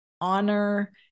honor